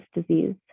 disease